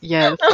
Yes